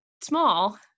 small